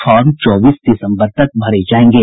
farm चौबीस दिसम्बर तक भरे जायेंगे